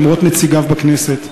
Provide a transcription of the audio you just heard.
למרות נציגיו בכנסת.